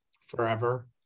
forever